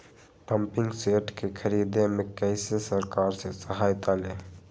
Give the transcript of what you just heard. Pumping set के ख़रीदे मे कैसे सरकार से सहायता ले?